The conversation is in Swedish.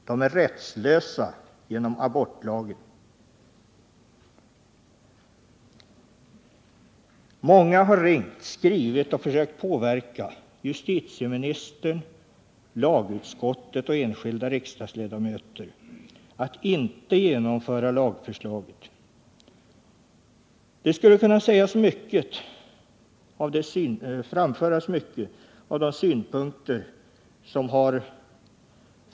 De är rättslösa genom abortlagen. Många har ringt, skrivit och försökt påverka justitieministern, lagutskottet och enskilda riksdagsledamöter att inte genomföra lagförslaget. Många av de synpunkter som har framförts till oss skulle kunna återges här.